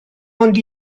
ond